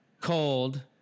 cold